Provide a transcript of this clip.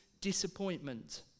disappointment